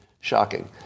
shocking